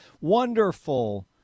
Wonderful